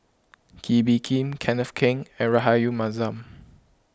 Kee Bee Khim Kenneth Keng and Rahayu Mahzam